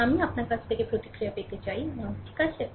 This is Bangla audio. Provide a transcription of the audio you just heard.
তবে আমি আপনার কাছ থেকে প্রতিক্রিয়া পেতে চাই আহ ঠিক আছে